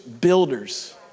builders